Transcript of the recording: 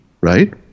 right